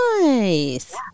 Nice